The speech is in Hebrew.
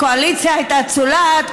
הקואליציה הייתה צולעת,